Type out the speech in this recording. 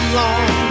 long